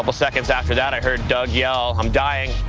of second after that, i heard doug yell, i'm dying.